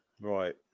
Right